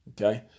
Okay